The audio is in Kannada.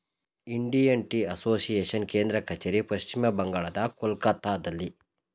ಇಂಡಿಯನ್ ಟೀ ಅಸೋಸಿಯೇಷನ್ ಕೇಂದ್ರ ಕಚೇರಿ ಪಶ್ಚಿಮ ಬಂಗಾಳದ ಕೊಲ್ಕತ್ತಾದಲ್ಲಿ